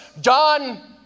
John